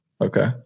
Okay